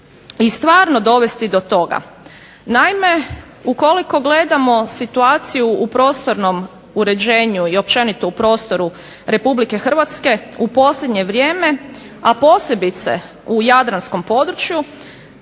i stvarno dovesti do toga? Naime, ukoliko gledamo situaciju u prostornom uređenju i općenito u prostoru Republike Hrvatske u posljednje vrijeme, a posebice u jadranskom području,